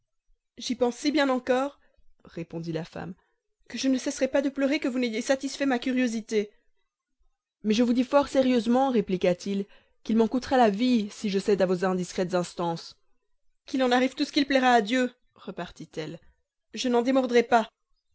j'y pense si bien encore répondit la femme que je ne cesserai pas de pleurer que vous n'ayez satisfait ma curiosité mais je vous dis fort sérieusement répliqua-t-il qu'il m'en coûtera la vie si je cède à vos indiscrètes instances qu'il en arrive tout ce qu'il plaira à dieu repartit elle je n'en démordrai pas